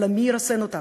אלא מי ירסן אותם.